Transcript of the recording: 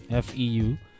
FEU